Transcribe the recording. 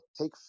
take